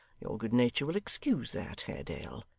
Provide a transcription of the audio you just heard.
your good-nature will excuse that, haredale,